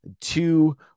two